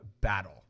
battle